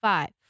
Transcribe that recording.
Five